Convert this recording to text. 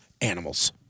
Animals